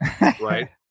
right